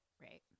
Right